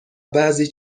بعضی